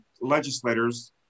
legislators